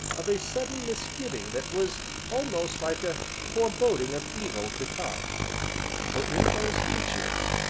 of a sudden misgiving that was almost like a foreboding of evil to come for in those features,